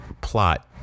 plot